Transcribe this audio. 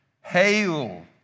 Hail